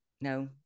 No